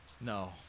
No